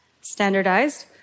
standardized